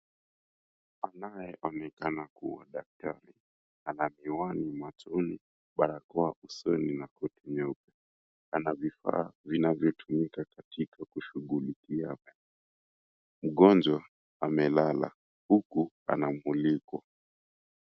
Anayeonekana kuwa daktari ana miwani machoni, barakoa usoni na kutumia ana vifaa vinavyotumika katika kushughulikia mgonjwa amelala huku anamulikwa.